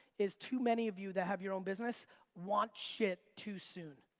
is too many of you that have your own business want shit too soon.